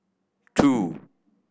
two